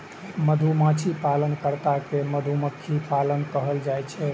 मधुमाछी पालन कर्ता कें मधुमक्खी पालक कहल जाइ छै